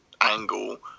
angle